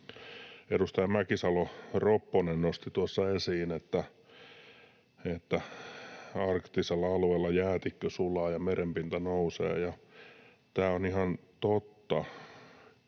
Edustaja Mäkisalo-Ropponen nosti tuossa esiin, että arktisella alueella jäätikkö sulaa ja merenpinta nousee, ja tämä on ihan totta.